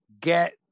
get